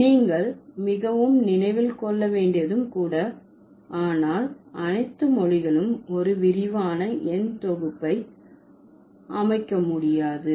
நீங்கள் மிகவும் நினைவில் கொள்ள வேண்டியதும் கூட ஆனால் அனைத்து மொழிகளும் ஒரு விரிவான எண் தொகுப்பை அமைக்க முடியாது